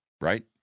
Right